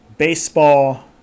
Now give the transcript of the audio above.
Baseball